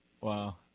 Wow